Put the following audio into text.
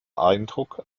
eindruck